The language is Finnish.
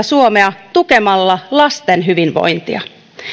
suomea tukemalla lasten hyvinvointia